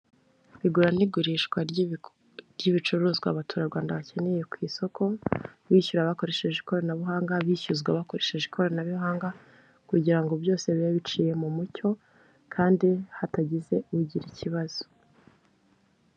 Igura n'igurishwa ry'ibicuruzwa abaturarwanda bakeneye ku isoko bishyura hakoresheje ikoranabuhanga bishyuzwa bakoresheje ikoranabuhanga kugira ngo byose bibe biciye mu mucyo kandi hatagize ugira ikibazo.